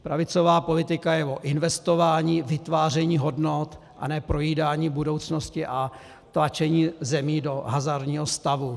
Pravicová politika je o investování, vytváření hodnot, a ne projídání budoucnosti a tlačení zemí do hazardního stavu.